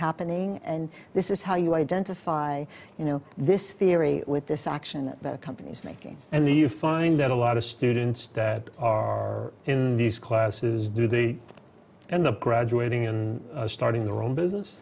happening and this is how you identify you know this theory with this action that companies making and the you find that a lot of students that are in these classes do the and the graduating and starting the room business